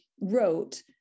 wrote